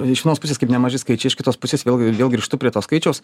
iš vienos pusės kaip nemaži skaičiai iš kitos pusės vėl e vėl grįžtu prie to skaičiaus